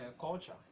culture